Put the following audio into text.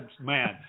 man